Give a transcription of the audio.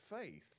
faith